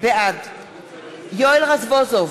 בעד יואל רזבוזוב,